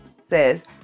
says